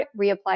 reapply